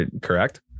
Correct